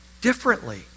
differently